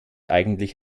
eigentlich